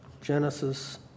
Genesis